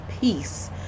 peace